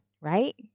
right